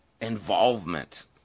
involvement